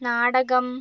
നാടകം